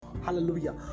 hallelujah